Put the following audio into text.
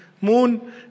moon